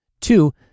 Two